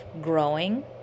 growing